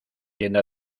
tienda